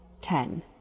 Ten